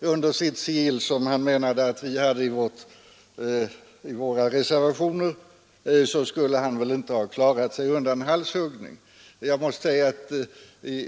under sitt sigill som herr Lidbom menade att vi hade i våra reservationer, skulle biskopen väl inte ha klarat sig undan halshuggning.